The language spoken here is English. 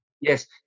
yes